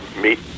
meet